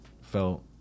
felt